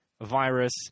virus